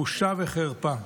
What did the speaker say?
בושה וחרפה.